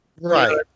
Right